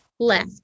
left